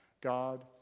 God